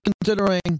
considering –